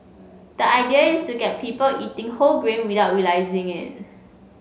the idea is to get people eating whole grain without realising it